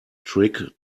trick